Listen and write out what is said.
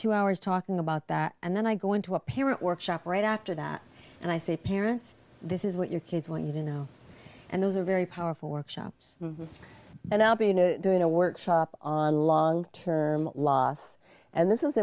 two hours talking about that and then i go into a parent workshop right after that and i say parents this is what your kids want you to know and those are very powerful workshops and i'll be you know doing a workshop on long term loss and this is